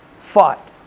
fought